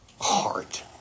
heart